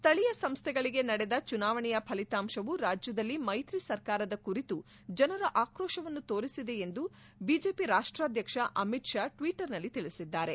ಸ್ಟಳೀಯ ಸಂಸ್ಟೆಗಳಿಗೆ ನಡೆದ ಚುನಾವಣೆಯ ಫಲಿತಾಂಶವು ರಾಜ್ಯದಲ್ಲಿ ಮೈತ್ರಿ ಸರ್ಕಾರದ ಕುರಿತು ಜನರ ಆಕ್ರೋಶವನ್ನು ತೋರಿಸಿದೆ ಎಂದು ಬಿಜೆಪಿ ರಾಷ್ಟಾಧ್ಯಕ್ಷ ಅಮಿತ್ ಷಾ ಟ್ವೀಟರ್ನಲ್ಲಿ ತಿಳಿಸಿದ್ದಾರೆ